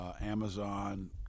Amazon